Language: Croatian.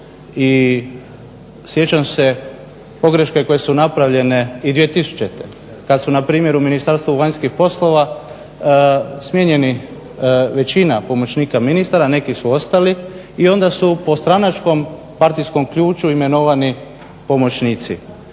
i sjećam se pogreške koje su napravljene i 2000. kad su na primjer u Ministarstvu vanjskih poslova smijenjeni većina pomoćnika ministara, neki su ostali i onda su po stranačkom, partijskom ključu imenovani pomoćnici.